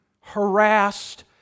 harassed